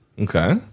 Okay